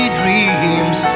dreams